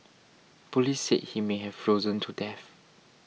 police said he may have frozen to death